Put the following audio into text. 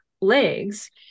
legs